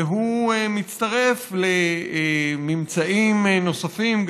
והוא מצטרף לממצאים נוספים,